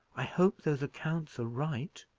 i hope those accounts are right?